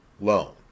loan